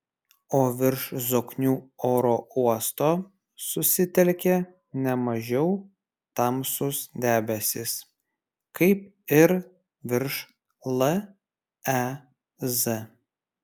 o virš zoknių oro uosto susitelkė ne mažiau tamsūs debesys kaip ir virš lez